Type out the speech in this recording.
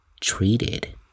treated